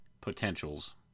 potentials